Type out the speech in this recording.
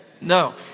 No